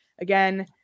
again